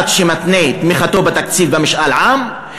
אחד שמתנה את תמיכתו בתקציב במשאל עם,